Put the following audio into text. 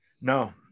No